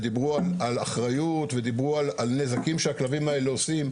ודיברו על אחריות ודיברו על נזקים שהכלבים האלה עושים,